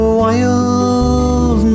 wild